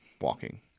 walking